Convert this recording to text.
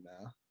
now